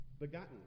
begotten